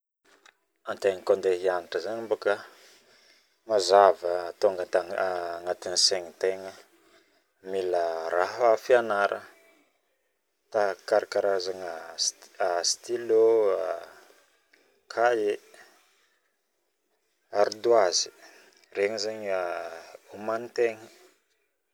Antegna koa andeha hianatra zaigny mazava tonga agnatiny saignitegna mila raha fianaragna karazagna stylo cahier ardoise regny zaigny omanitegna